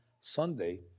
Sunday